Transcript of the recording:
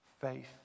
Faith